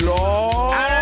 Lord